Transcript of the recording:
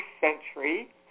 century